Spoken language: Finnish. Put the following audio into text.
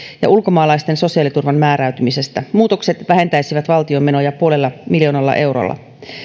ja ulkomaalaisten sosiaaliturvan määräytymisestä muutokset vähentäisivät valtion menoja puolella miljoonalla eurolla